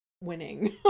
winning